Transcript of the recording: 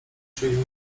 czyli